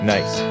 Nice